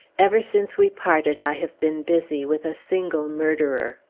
ever since we parted, i have been busy with a single murderer.